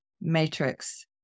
matrix